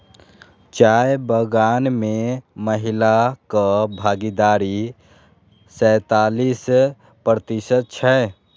चाय बगान मे महिलाक भागीदारी सैंतालिस प्रतिशत छै